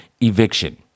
eviction